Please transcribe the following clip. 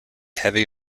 heavy